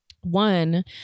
one